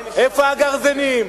איפה הגרזנים?